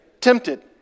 Tempted